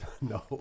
No